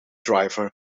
driver